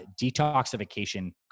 detoxification